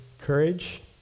courage